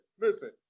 Listen